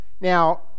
Now